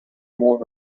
more